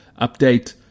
update